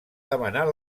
demanar